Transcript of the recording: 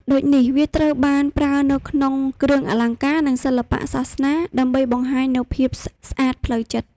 ដូចនេះវាត្រូវបានប្រើនៅក្នុងគ្រឿងអលង្ការនិងសិល្បៈសាសនា ដើម្បីបង្ហាញនូវភាពស្អាតផ្លូវចិត្ត។